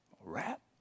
rap